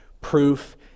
proof